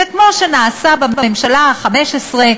וכמו שנעשה בכנסת החמש-עשרה,